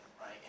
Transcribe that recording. right